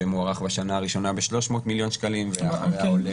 שמוערך בשנה הראשונה ב-300 מיליון שקלים ואחריה עולה.